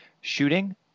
shooting